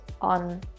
on